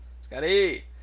Scotty